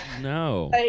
no